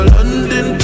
London